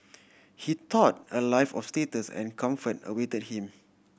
he thought a life of status and comfort awaited him